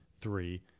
three